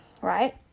right